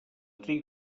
tria